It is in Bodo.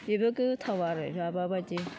बेबो गोथाव आरो माबाबादि